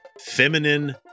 feminine